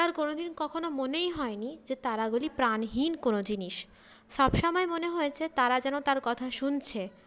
তার কোনওদিন কখনও মনেই হয়নি যে তারাগুলি প্রাণহীন কোনও জিনিস সব সময় মনে হয়েছে তারা যেন তার কথা শুনছে